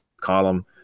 column